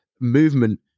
movement